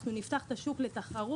אנחנו נפתח את השוק לתחרות,